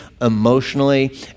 emotionally